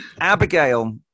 Abigail